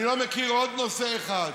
אני לא מכיר עוד נושא אחד